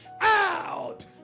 out